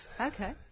Okay